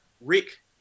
Rick